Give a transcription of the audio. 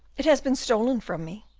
it has been stolen from me.